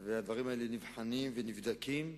והדברים האלה נבחנים ונבדקים,